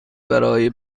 برای